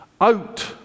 Out